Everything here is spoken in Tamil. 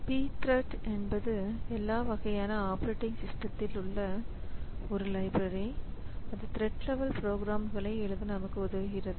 Pthreads என்பது எல்லா வகையான ஆப்பரேட்டிங் சிஸ்டத்தில் உள்ள ஒரு லைப்ரரி அது த்ரெட் லெவல் ப்ரோக்ராம்களை எழுத நமக்கு உதவுகிறது